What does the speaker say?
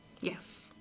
Yes